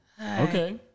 Okay